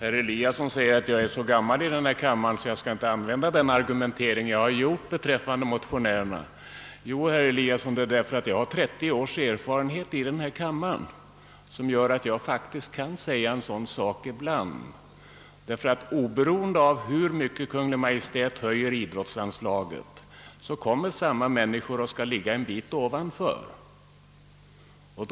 Herr Eliasson i Sundborn säger att jag är så gammal i denna kammare, att jag inte bort använda den argumentering jag anfört rörande motionerna. Jo, herr Eliasson, det är därför att jag har 30 års erfarenhet i denna kammare som jag faktiskt kan säga en sådan sak ibland. Ty oberoende av hur mycket Kungl. Maj:t höjer idrottsanslaget, så kommer samma människor och vill ligga en bit ovanför med sina förslag.